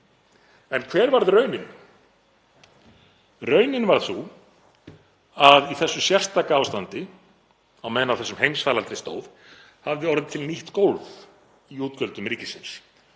En hver varð raunin? Raunin varð sú að í þessu sérstaka ástandi, á meðan á þessum heimsfaraldri stóð, hafði orðið til nýtt gólf í útgjöldum ríkisins;